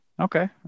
Okay